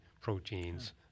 proteins